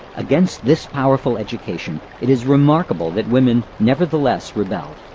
against this powerful education, it is remarkable that women nevertheless rebelled.